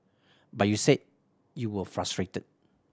but you said you were frustrated